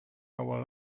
our